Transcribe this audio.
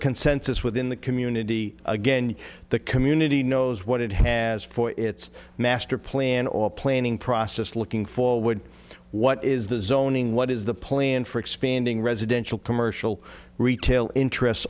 consensus within the community again the community knows what it has for its master plan or planning process looking for would what is the zoning what is the plan for expanding residential commercial retail interests